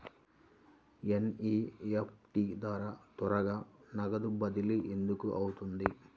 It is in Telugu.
ఎన్.ఈ.ఎఫ్.టీ ద్వారా త్వరగా నగదు బదిలీ ఎందుకు అవుతుంది?